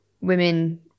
women